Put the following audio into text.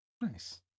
Nice